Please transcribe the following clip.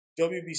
WBC